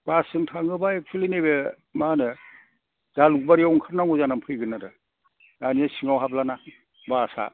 बासजों थाङोबा एकसुयेलि नैबे मा होनो जालुकबारियाव ओंखारनांगौ जानानै फैगोन आरो दानिया सिङाव हाबलाना बासआ